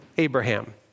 Abraham